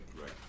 Right